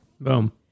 Boom